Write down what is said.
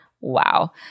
Wow